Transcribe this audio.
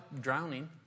drowning